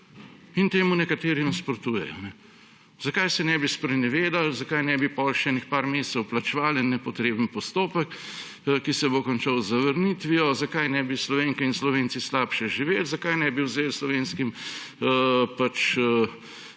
In temu nekateri nasprotujejo. Zakaj se ne bi sprenevedali, zakaj ne bi potem še nekaj mesecev plačevali en nepotreben postopek, ki se bo končal z zavrnitvijo, zakaj ne bi Slovenke in Slovenci slabše živeli, zakaj ne bi vzeli slovenskim